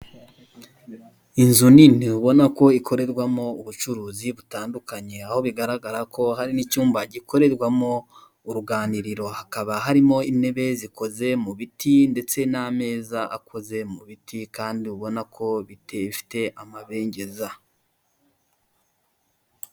Inzu nini ubona ko ikorerwamo ubucurizi butandukanye, aho bigaragara ko hari n'icyumba gikorerwamo uruganiriro, hakaba harimo intebe zikoze mu biti ndetse n'ameza akoze mu biti kandi ubona ko bifite amabengeza.